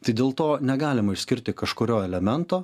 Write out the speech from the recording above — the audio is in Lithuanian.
tai dėl to negalima išskirti kažkurio elemento